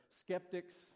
skeptics